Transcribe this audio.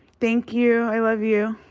thank you. i love you.